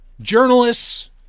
journalists